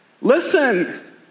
Listen